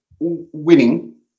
winning